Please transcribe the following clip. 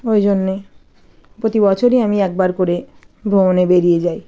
ওই জন্যে প্রতি বছরই আমি একবার করে ভ্রমণে বেরিয়ে যাই